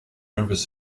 nervous